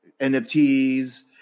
nfts